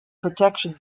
protection